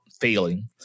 failing